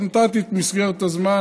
אבל נתתי את מסגרת הזמן